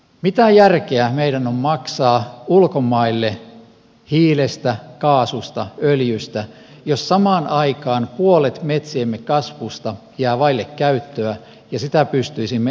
mitä järkeä meidän on maksaa ulkomaille hiilestä kaasusta öljystä jos samaan aikaan puolet metsiemme kasvusta jää vaille käyttöä ja sitä pystyisimme energianlähteenä hyödyntämään